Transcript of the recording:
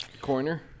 corner